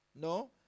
no